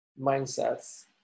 mindsets